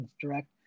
direct